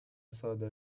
صادر